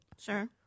Sure